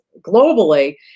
globally